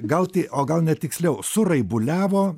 gal ti o gal net tiksliau suraibuliavo